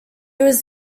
was